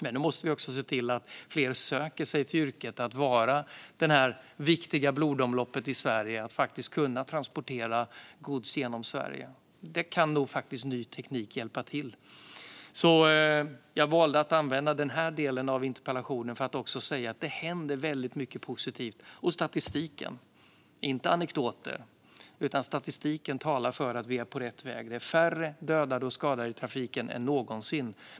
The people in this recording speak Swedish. Men då måste vi också se till att fler söker sig till yrket och vill ingå i det här viktiga blodomloppet så att vi kan transportera gods genom Sverige. Där kan nog ny teknik hjälpa till. Jag valde att använda denna del av interpellationsdebatten till att säga att det händer väldigt mycket positivt. Statistiken - inte anekdoter - talar för att vi är på rätt väg. Det är färre döda och skadade i trafiken än någonsin.